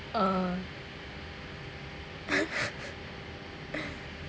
uh